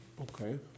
okay